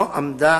לא עמדה